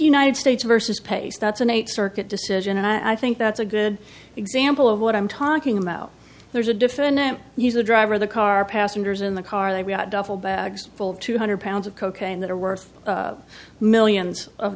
united states versus pace that's an eighth circuit decision and i think that's a good example of what i'm talking about there's a defendant he's a driver the car passengers in the car they've got duffel bags full of two hundred pounds of cocaine that are worth millions of